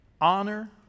honor